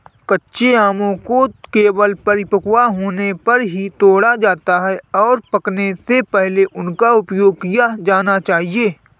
कच्चे आमों को केवल परिपक्व होने पर ही तोड़ा जाता है, और पकने से पहले उनका उपयोग किया जाना चाहिए